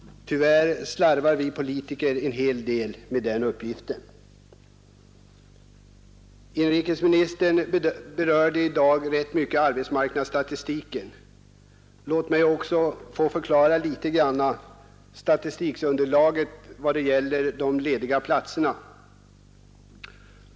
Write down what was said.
Tyvärr slarvar vi politiker en hel del på den punkten. Inrikesministern berörde i dag rätt ingående arbetsmarknadsstatistiken. Jag skulle vilja redogöra något för statistikunderlaget vad gäller de lediga platserna.